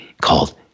called